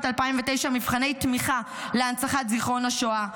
2009 מבחני תמיכה להנצחת זיכרון השואה.